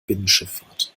binnenschifffahrt